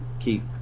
keep